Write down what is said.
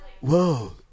whoa